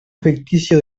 ficticio